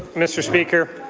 mr. speaker,